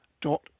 dot